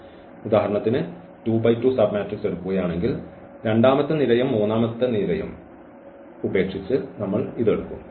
അതിനാൽ ഉദാഹരണത്തിന് ഈ 2 × 2 സബ്മാട്രിക്സ് എടുക്കുകയാണെങ്കിൽ ഈ രണ്ടാമത്തെ നിരയും മൂന്നാം നിരയും ഉപേക്ഷിച്ച് നമ്മൾ ഇത് എടുക്കും